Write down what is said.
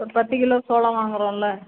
ஒரு பத்து கிலோ சோளம் வாங்குகிறோம்ல